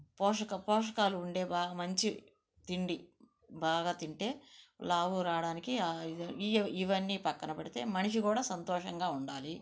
పోషక పోషకాలు ఉండే బాగా మంచి తిండి బాగా తింటే లావు రాడానికి ఇవన్నీ పక్కన పెడితే మనిషి కూడా సంతోషంగా ఉండాలి